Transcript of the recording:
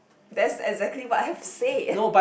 that's exactly what I've said